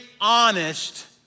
honest